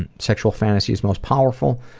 and sexual fantasies most powerful?